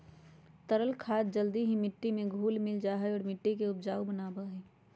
तरल खाद जल्दी ही मिट्टी में घुल मिल जाहई और मिट्टी के उपजाऊ बनावा हई